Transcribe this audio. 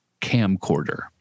camcorder